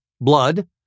blood